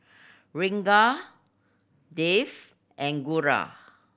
Ranga Dev and Guru